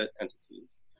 entities